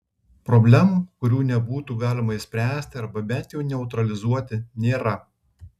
problemų kurių nebūtų galima išspręsti arba bent jau neutralizuoti nėra